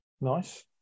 Nice